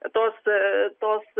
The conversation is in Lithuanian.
tos tos